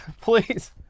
Please